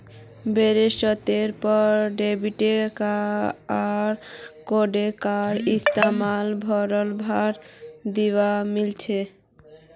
बोरो स्तरेर पर डेबिट आर क्रेडिट कार्डेर इस्तमाल भारत भर त दखवा मिल छेक